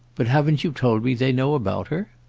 but haven't you told me they know about her?